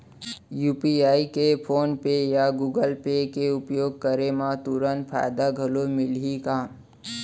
UPI के PhonePe या Google Pay के उपयोग करे म तुरंत फायदा घलो मिलही का?